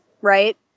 right